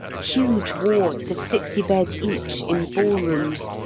huge wards of sixty beds each, in ball-rooms,